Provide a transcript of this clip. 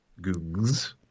Googs